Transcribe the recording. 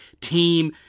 team